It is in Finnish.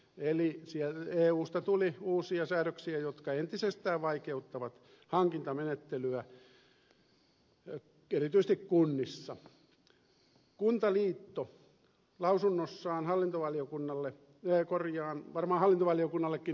eli eusta tuli uusia säädöksiä jotka entisestään vaikeuttavat hankintamenettelyä erityisesti kunnissa